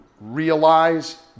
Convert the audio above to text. realize